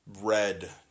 Red